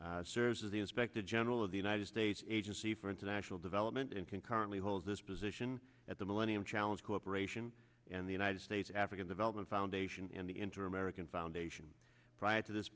tista serves as the inspector general of the united states agency for international development and concurrently holds this position at the millennium challenge corporation and the united states african development foundation and the interim american foundation prior to this